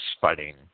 fighting